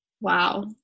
Wow